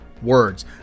words